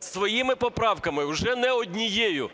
своїми поправками, вже не однією,